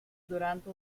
durante